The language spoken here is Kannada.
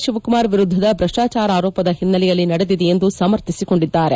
ಶಿವಕುಮಾರ್ ವಿರುದ್ಧದ ಭ್ರಷ್ಟಾಚಾರ ಆರೋಪದ ಹಿನ್ನೆಲೆಯಲ್ಲಿ ನಡೆದಿದೆ ಎಂದು ಸಮರ್ಥಿಸಿಕೊಂಡಿದ್ದಾರೆ